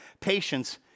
Patience